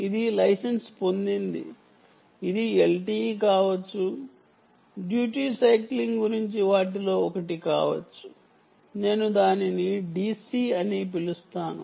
ఇది లైసెన్స్ పొందింది ఇది LTE కావచ్చు డ్యూటీ సైక్లింగ్ గురించి వాటిలో ఒకటి కావచ్చు నేను దానిని DC అని పిలుస్తాను